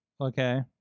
Okay